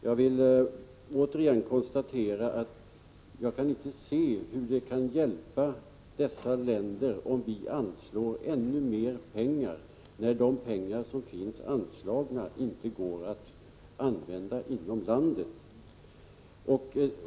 Jag vill återigen konstatera att jag inte kan se på vilket sätt det hjälper dessa länder om vi anslår ännu mer pengar, när de pengar som finns anslagna inte går att använda inom landet.